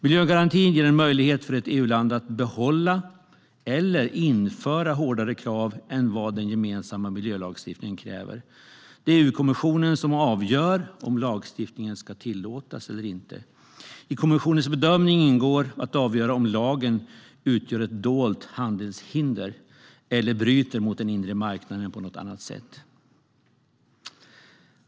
Miljögarantin ger en möjlighet för ett EU-land att behålla eller införa hårdare krav än vad den gemensamma miljölagstiftningen kräver. Det är EU-kommissionen som avgör om lagstiftningen ska tillåtas eller inte. I kommissionens bedömning ingår att avgöra om lagen utgör ett dolt handelshinder eller bryter mot den inre marknaden på annat sätt.